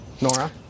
Nora